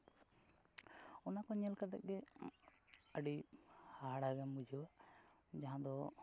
ᱚᱱᱟ ᱠᱚ ᱧᱮᱞ ᱠᱟᱛᱮᱫ ᱜᱮ ᱟᱹᱰᱤ ᱦᱟᱦᱟᱲᱟᱜᱮᱢ ᱵᱩᱡᱷᱟᱹᱣᱟ ᱡᱟᱦᱟᱸ ᱫᱚ